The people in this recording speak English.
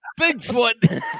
Bigfoot